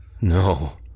No